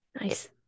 Nice